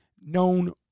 known